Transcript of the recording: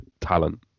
talent